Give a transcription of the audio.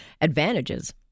advantages